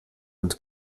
und